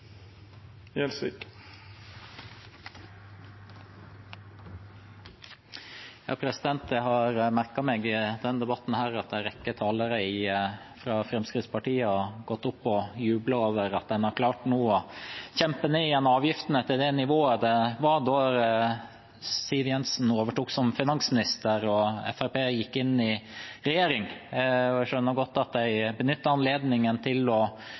Jeg har merket meg i denne debatten at en rekke talere fra Fremskrittspartiet har gått opp og jublet over at en nå har klart å kjempe ned igjen avgiftene til det nivået de var på da Siv Jensen overtok som finansminister og Fremskrittspartiet gikk inn i regjering. Jeg skjønner godt at de benytter anledningen til å juble litt nå, når de samtidig allerede fra sommeren av skal til å